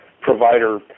provider